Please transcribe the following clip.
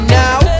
now